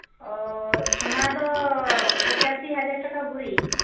ᱚ ᱥᱳᱱᱟᱫᱚ ᱯᱚᱸᱪᱟᱥᱤ ᱦᱟᱡᱟᱨ ᱴᱟᱠᱟ ᱵᱷᱚᱨᱤ